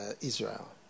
Israel